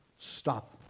stop